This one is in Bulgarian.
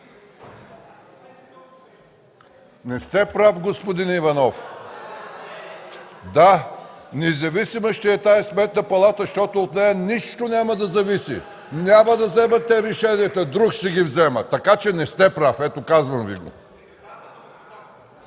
Не сте прав, господин Иванов! (Смях и оживление.) Да, независима ще е тази Сметна палата, защото от нея нищо няма да зависи! Няма да вземат те решенията, друг ще ги взема, така че не сте прав – ето, казвам Ви го.